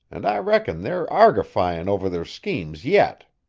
and i reckon they're argyfying over their schemes yit.